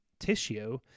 tissue